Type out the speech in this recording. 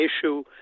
issue